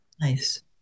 Nice